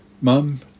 Mum